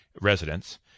residents